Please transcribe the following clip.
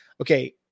Okay